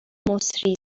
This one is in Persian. مسری